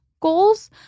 goals